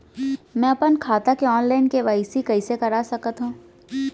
मैं अपन खाता के ऑनलाइन के.वाई.सी कइसे करा सकत हव?